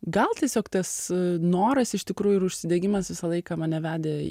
gal tiesiog tas noras iš tikrųjų ir užsidegimas visą laiką mane vedė